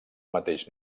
mateix